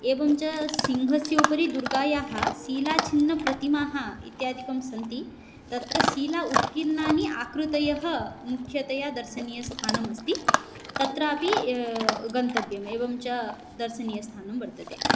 एवं च सिंहस्य उपरि दुर्गायाः शिलाछिन्नप्रतिमाः इत्यादिकं सन्ति तत्र शिला उत्क्लिन्नानि आकृतयः मुख्यतया दर्शनीयस्थानम् अस्ति तत्रापि गन्तव्यम् एवं च द दर्शनीयस्थानं वर्तते